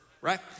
Right